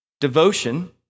devotion